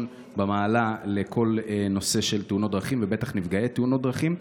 במעלה לנושא תאונות הדרכים ולצמצום נפגעי תאונות דרכים,